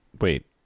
Wait